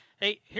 Hey